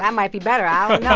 yeah might be better. i don't know